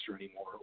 anymore